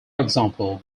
example